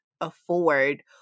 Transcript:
afford